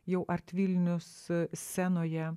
jau art vilnius scenoje